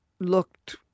looked